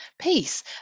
peace